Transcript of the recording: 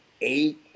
eight